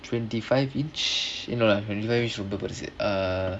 twenty five inch you know lah twenty five inch ரொம்ப பெருசு:romba perusu uh